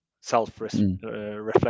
self-reflection